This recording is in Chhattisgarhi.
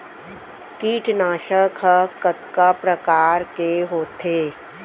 कीटनाशक ह कतका प्रकार के होथे?